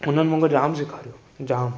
हुननि मूंखे जाम सेखारियो जाम